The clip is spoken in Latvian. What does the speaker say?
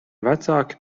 vecāki